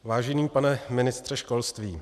Vážený pane ministře školství.